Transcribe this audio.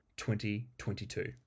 2022